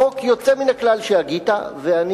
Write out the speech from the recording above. חוק יוצא מן הכלל שהגית, ואני